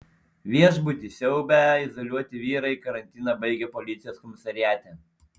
viešbutį siaubę izoliuoti vyrai karantiną baigė policijos komisariate